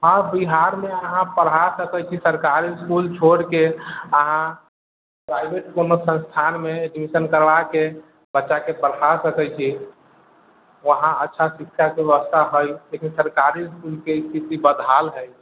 हँ बिहारमे अहाँ पढ़ा सकैत छी सरकारी इसकुल छोड़के अहाँ प्राइवेट कोनो संस्थानमे एडमिशन करबाके बच्चाके पढ़ा सकैत छी वहाँ अच्छा शिक्षाके व्यवस्था हइ लेकिन सरकारी इसकुलके स्थिति बदहाल हइ